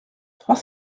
trois